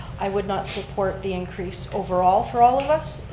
i would not support the increase overall for all of us,